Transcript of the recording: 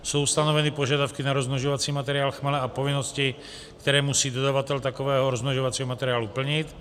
Jsou stanoveny požadavky na rozmnožovací materiál chmele a povinnosti, které musí dodavatel takového rozmnožovacího materiálu plnit.